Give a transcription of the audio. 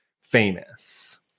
famous